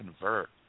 convert